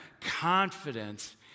confidence